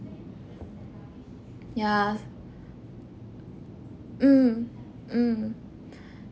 yeah mm mm